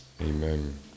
Amen